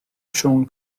siôn